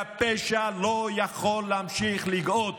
והפשע לא יכול להמשיך לגאות.